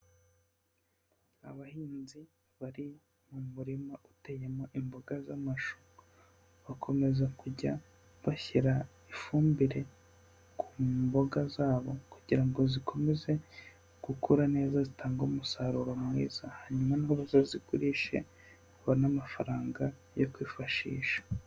Abahinzi bari mu murima uteyemo imboga z'amashu. Bakomeza kujya bashyira ifumbire ku mboga zabo kugira ngo zikomeze gukura neza. Zitanga umusaruro mwiza. Hanyuma bazazigurishe babone amafaranga yo kwifashisha.